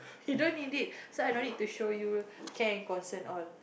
he don't need it so i don't need to show you care and concern all